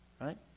right